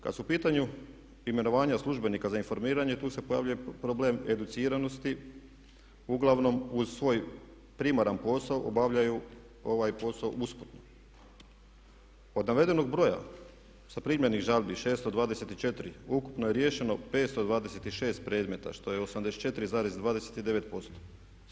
Kada su u pitanju imenovanja službenika za informiranje tu se pojavljuje problem educiranosti uglavnom uz svoj primaran posao obavljaju ovaj posao … Od navedenog broja zaprimljenih žalbi 624 ukupno je riješeno 526 predmeta što je 84,29%